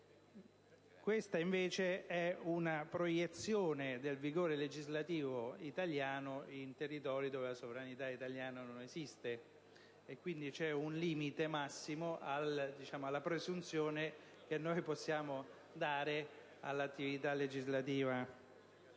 questa invece è una proiezione del vigore legislativo italiano in territori dove la sovranità italiana non esiste, quindi c'è un limite massimo alla presunzione che possiamo dare all'attività legislativa